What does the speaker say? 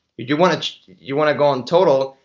you want to to you want to go on total?